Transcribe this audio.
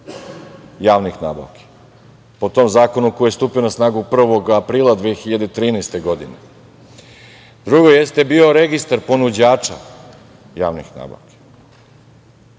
javnih nabavki po tom zakonu koji je stupio na snagu 1. aprila 2013. godine. Drugo, Registar ponuđača javnih nabavki